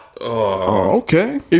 Okay